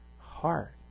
heart